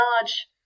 large